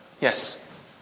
Yes